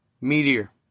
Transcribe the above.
Meteor